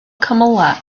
cymylau